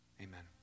amen